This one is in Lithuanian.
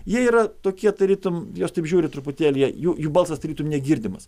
jie yra tokie tarytum juos taip žiūri truputėlį jų balsas tarytum negirdimas